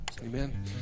Amen